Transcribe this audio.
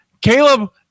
Caleb